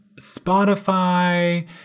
spotify